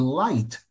light